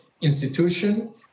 institution